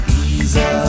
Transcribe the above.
easy